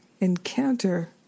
encounter